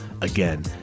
Again